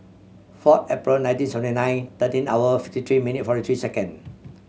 four April nineteen seventy nine thirteen hour fifty three minute forty three second